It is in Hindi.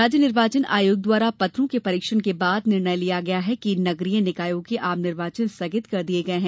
राज्य निर्वाचन आयोग द्वारा पत्रों के परीक्षण के बाद निर्णय लिया गया कि इन नगरीय निकायों के आम निर्वाचन स्थगित कर दिये गए हैं